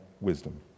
wisdom